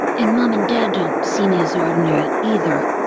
and mom and dad don't see me as ordinary, either.